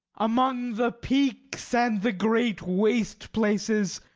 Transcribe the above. among the peaks and the great waste places,